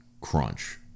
crunch